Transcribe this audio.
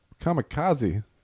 kamikaze